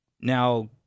Now